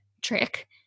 trick